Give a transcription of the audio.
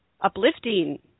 uplifting